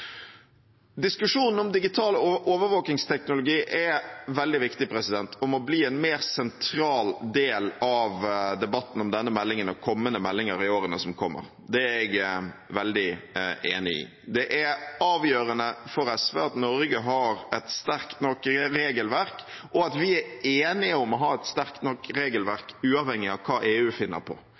Diskusjonen om digital overvåkningsteknologi er veldig viktig og må bli en mer sentral del av debatten om denne meldingen og kommende meldinger i årene som kommer. Det er jeg veldig enig i. Det er avgjørende for SV at Norge har et sterkt nok regelverk, og at vi er enige om å ha et sterkt nok regelverk uavhengig av hva EU finner på.